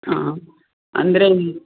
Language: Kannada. ಹಾಂ ಅಂದರೆ ಈ